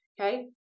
okay